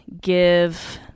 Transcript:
give